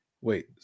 Wait